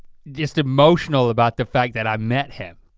just emotional about the fact that i met him.